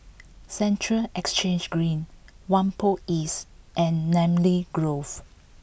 Central Exchange Green Whampoa East and Namly Grove